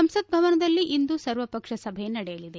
ಸಂಸತ್ ಭವನದಲ್ಲಿ ಇಂದು ಸರ್ವ ಪಕ್ಷ ಸಭೆ ನಡೆಯಲಿದೆ